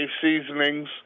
seasonings